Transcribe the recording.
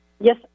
Yes